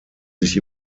sich